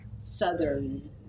southern